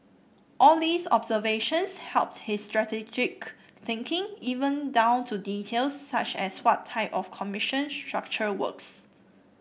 all these observations helped his strategic thinking even down to details such as what type of commission structure works